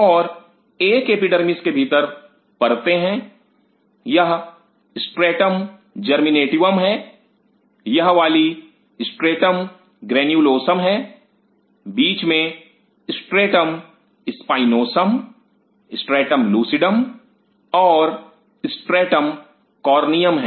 और एक एपिडर्मिस के भीतर परते हैं यह स्ट्रैटम जर्मीनेटिवं है यह वाली स्ट्रैटम ग्रेन्यूलोसम है बीच में स्ट्रैटम स्पाइनोसम स्ट्रैटम लूसीडम और स्ट्रैटम कॉर्नियम हैं